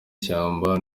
ishyamba